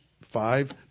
five